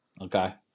Okay